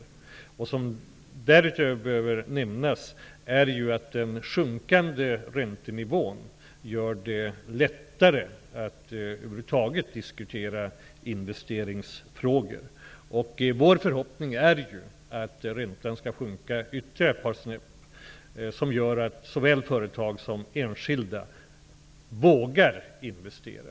Därutöver bör nämnas att den sjunkande räntenivån gör det lättare att över huvud taget diskutera investeringsfrågor. Vår förhoppning är att räntan skall sjunka ytterligare ett par snäpp, så att såväl företag som enskilda vågar investera.